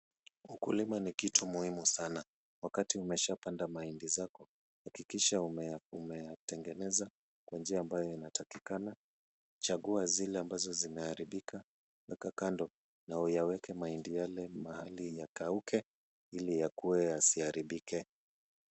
Ukulima ni kitu muhimu sana. Wakati umeshapanda mahindi zako hakikisha umeyatengeneza kwa njia ambayo inatakikana, chagua zile ambazo zimeharibika weka kando na uyaweke mahindi yale mahali yakauke ili yakuwe yasiharibike.